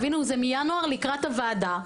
זה מינואר לקראת הוועדה.